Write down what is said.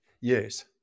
Yes